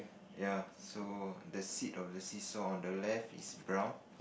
ya so the sit on the seesaw on the left is brown